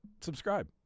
subscribe